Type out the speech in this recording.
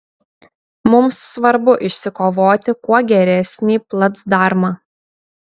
mums svarbu išsikovoti kuo geresnį placdarmą